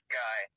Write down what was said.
guy